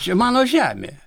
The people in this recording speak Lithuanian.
čia mano žemė